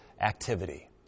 activity